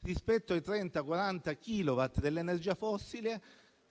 rispetto ai 30-40 kilowatt dell'energia fossile,